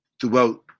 throughout